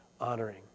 honoring